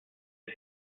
des